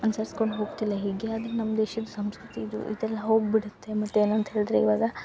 ಅನ್ಸರ್ಸ್ಕೊಂಡು ಹೋಗ್ತಿಲ್ಲ ಹೀಗೆ ಆದರೆ ನಮ್ಮ ದೇಶದ ಸಂಸ್ಕೃತಿ ಇದು ಇದೆಲ್ಲ ಹೋಗಿ ಬಿಡುತ್ತೆ ಮತ್ತು ಏನಂತ ಹೇಳ್ದ್ರೆ ಇವಾಗ